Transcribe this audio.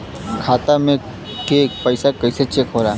खाता में के पैसा कैसे चेक होला?